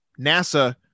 nasa